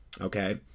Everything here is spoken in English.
okay